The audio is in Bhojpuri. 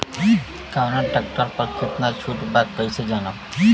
कवना ट्रेक्टर पर कितना छूट बा कैसे जानब?